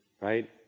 right